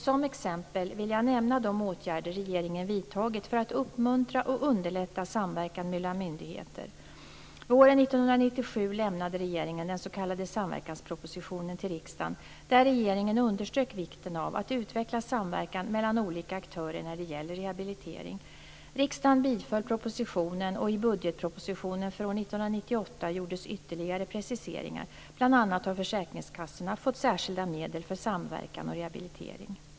Som exempel vill jag nämna de åtgärder regeringen vidtagit för att uppmuntra och underlätta samverkan mellan myndigheter. Våren 1997 lämnade regeringen den s.k. samverkanspropositionen till riksdagen där regeringen underströk vikten av att utveckla samverkan mellan olika aktörer när det gäller rehabilitering. Riksdagen biföll propositionen och i budgetpropositionen för år 1998 gjordes ytterligare preciseringar, bl.a. har försäkringskassorna fått särskilda medel för samverkan och rehabilitering.